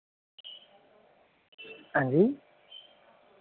हाँ जी